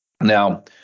Now